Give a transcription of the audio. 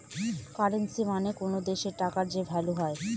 currency মানে কোনো দেশের টাকার যে ভ্যালু হয়